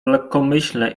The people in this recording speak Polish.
lekkomyślne